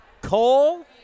Cole